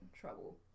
trouble